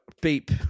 beep